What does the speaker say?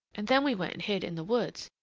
and then we went and hid in the woods.